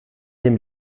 dem